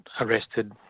arrested